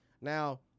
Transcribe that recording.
Now